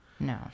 No